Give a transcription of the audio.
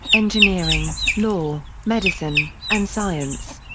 engineering, law, medicine, and science.